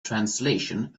translation